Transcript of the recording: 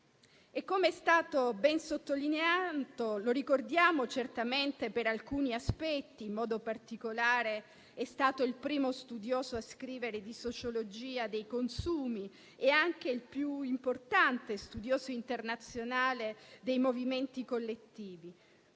Come è stato ben sottolineato, lo ricordiamo certamente per alcuni aspetti, in modo particolare è stato il primo studioso a scrivere di sociologia dei consumi e anche il più importante studioso internazionale dei movimenti collettivi,